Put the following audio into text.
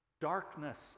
Darkness